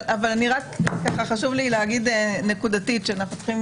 אבל חשוב לי להגיד נקודתית שאנחנו צריכים